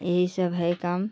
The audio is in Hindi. यही सब है काम